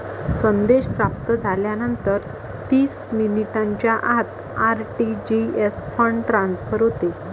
संदेश प्राप्त झाल्यानंतर तीस मिनिटांच्या आत आर.टी.जी.एस फंड ट्रान्सफर होते